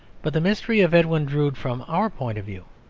but the mystery of edwin drood from our point of view,